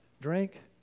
Drink